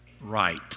right